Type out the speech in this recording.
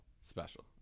Special